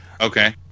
Okay